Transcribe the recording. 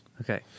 Okay